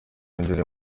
indirimbo